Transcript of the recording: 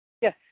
Yes